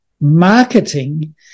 marketing